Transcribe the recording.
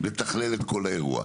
לתכלל את האירוע.